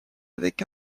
avec